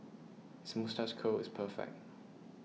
his moustache curl is perfect